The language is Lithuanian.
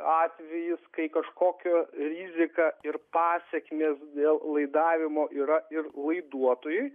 atvejis kai kažkokia rizika ir pasekmės dėl laidavimo yra ir laiduotojui